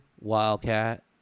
Wildcat